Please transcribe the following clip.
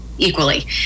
equally